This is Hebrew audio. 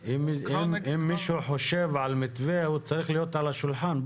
אם מישהו חושב על מתווה הוא צריך להיות על השולחן.